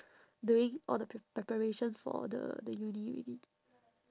doing all the pre~ preparations for the the uni already